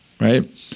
right